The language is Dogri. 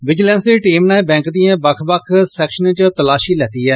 विजिलैंस दी टीम नै बैंक दिएं बक्ख बक्ख सैक्शनें च तलाशी लैती ऐ